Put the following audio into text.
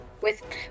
With-